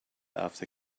after